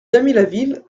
damilaville